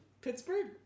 Pittsburgh